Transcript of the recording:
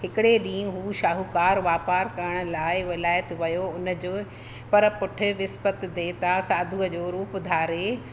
हिकिड़े ॾींहुं हूं शाहूकारु वापारु करण लाइ विलायत वियो उन जो परपुठि विसपति देवता साधुअ जो रूप धारे